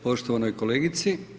Poštovanoj kolegici.